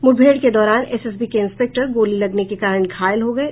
मुठभेड़ के दौरान एसएसबी के इंस्पेक्टर गोली लगने के कारण घायल हो गये